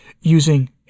using